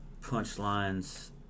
punchlines